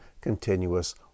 continuous